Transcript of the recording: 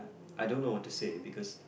I don't know what to say because